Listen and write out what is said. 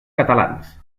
catalans